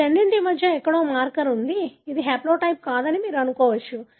ఈ రెండింటి మధ్య ఎక్కడో మార్కర్ ఉంది ఇది హాప్లోటైప్ కాదని మీరు అనుకోవచ్చు